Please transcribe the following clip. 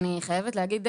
אני רוצה להגיד